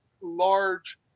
large